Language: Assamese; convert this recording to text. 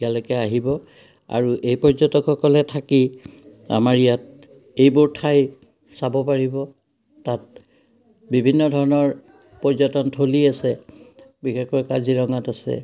ইয়ালৈকে আহিব আৰু এই পৰ্যটকসকলে থাকি আমাৰ ইয়াত এইবোৰ ঠাই চাব পাৰিব তাত বিভিন্ন ধৰণৰ পৰ্যটন থলী আছে বিশেষকৈ কাজিৰঙাত আছে